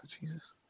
Jesus